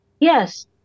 Yes